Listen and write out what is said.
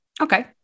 Okay